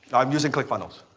i'm using click funnels.